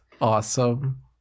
awesome